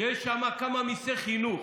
שיש שם כמה מיסי חינוך,